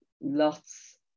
lots